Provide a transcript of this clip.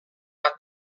bat